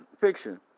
Fiction